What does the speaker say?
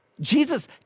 Jesus